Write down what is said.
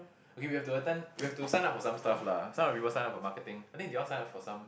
okay we have to attend we have to sign up for some stuff lah some of the people sign for marketing think they all sign up for some